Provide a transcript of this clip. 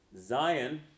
Zion